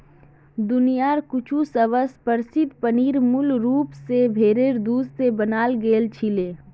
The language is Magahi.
दुनियार कुछु सबस प्रसिद्ध पनीर मूल रूप स भेरेर दूध स बनाल गेल छिले